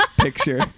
picture